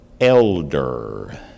elder